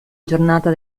giornata